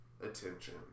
attention